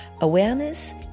Awareness